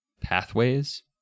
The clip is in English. pathways